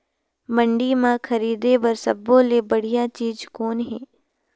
मंडी म खरीदे बर सब्बो ले बढ़िया चीज़ कौन हे?